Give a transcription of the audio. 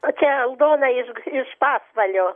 čia aldona iš pasvalio